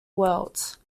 worlds